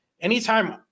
anytime